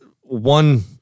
one